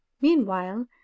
meanwhile